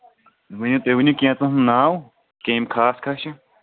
ؤنِو تُہۍ ؤنِو کینٛژَن ہُنٛد ناو کہِ یِم خاص خاص چھِ